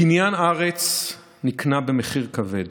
קניין ארץ נקנה במחיר כבד,